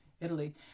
Italy